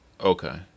okay